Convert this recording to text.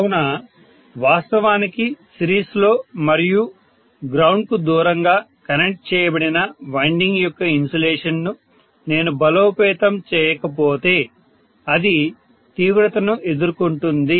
కావున వాస్తవానికి సిరీస్లో మరియు గ్రౌండ్ కు దూరంగా కనెక్ట్ చేయబడిన వైండింగ్ యొక్క ఇన్సులేషన్ను నేను బలోపేతం చేయకపోతే అది తీవ్రతను ఎదుర్కొంటుంది